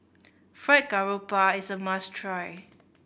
Fried Garoupa is a must try